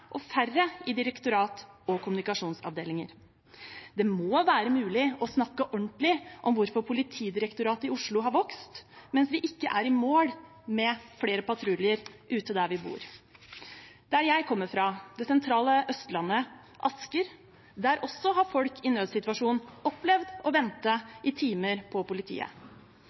og færre i direktorat og kommunikasjonsavdelinger. Det må være mulig å snakke ordentlig om hvorfor Politidirektoratet i Oslo har vokst, mens vi ikke er i mål med flere patruljer ute der vi bor. Der jeg kommer fra, det sentrale Østlandet, Asker, har også folk i nødsituasjon opplevd å vente i timer på politiet.